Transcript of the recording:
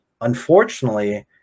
unfortunately